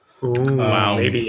Wow